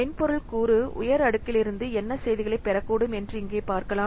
மென்பொருள் கூறு உயர் அடுக்குகளிலிருந்து என்ன செய்திகளைப் பெறக்கூடும் என்று இங்கே பார்க்கலாம்